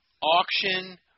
auction